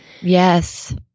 Yes